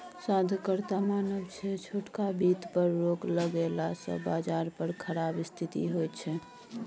शोधकर्ताक मानब छै छोटका बित्त पर रोक लगेला सँ बजार पर खराब स्थिति होइ छै